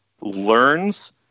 learns